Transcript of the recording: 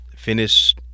Finish